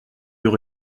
deux